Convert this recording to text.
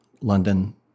london